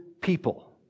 people